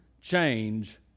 change